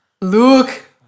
Look